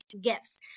gifts